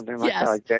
yes